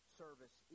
service